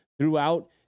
throughout